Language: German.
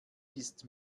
ist